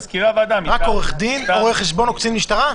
רק עורך דין, רואה חשבון או קצין משטרה?